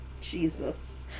Jesus